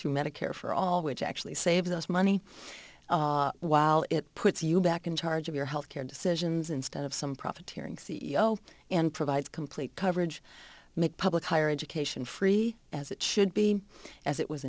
through medicare for all which actually saves us money while it puts you back in charge of your health care decisions instead of some profiteering c e o and provides complete coverage make public higher education free as it should be as it was